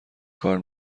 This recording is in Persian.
کار